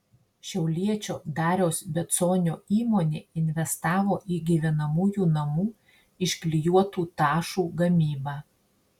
šiauliečio dariaus beconio įmonė investavo į gyvenamųjų namų iš klijuotų tašų gamybą